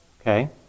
Okay